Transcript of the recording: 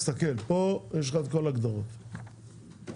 תסתכל, פה יש לך כל ההגדרות בחוק.